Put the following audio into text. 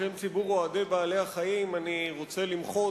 בשם ציבור אוהדי בעלי-החיים אני רוצה למחות